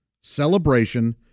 celebration